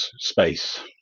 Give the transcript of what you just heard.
space